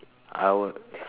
I would